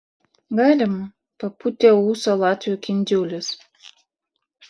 galima papūtė ūsą latvių kindziulis